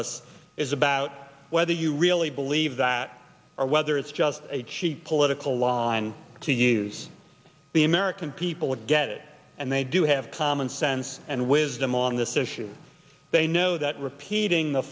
us is about whether you really believe that or whether it's just a cheap political line to use the american people would get it and they do have common sense and wisdom on this issue they know that repeating the